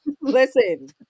Listen